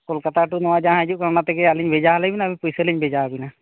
ᱠᱳᱞᱠᱟᱛᱟ ᱴᱩ ᱱᱚᱣᱟ ᱡᱟᱦᱟᱸ ᱦᱤᱡᱩᱜ ᱠᱟᱱᱟ ᱚᱱᱟᱛᱮᱜᱮ ᱟᱹᱞᱤᱧ ᱵᱷᱮᱡᱟ ᱟᱹᱞᱤᱧ ᱵᱮᱱ ᱟᱹᱵᱤᱱ ᱯᱩᱭᱥᱟᱹ ᱞᱤᱧ ᱵᱷᱮᱡᱟ ᱟᱵᱮᱱᱟ